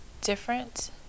different